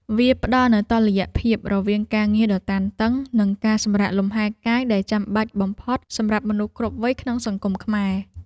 វាផ្ដល់នូវតុល្យភាពរវាងការងារដ៏តានតឹងនិងការសម្រាកលំហែកាយដែលចាំបាច់បំផុតសម្រាប់មនុស្សគ្រប់វ័យក្នុងសង្គមខ្មែរ។